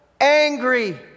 angry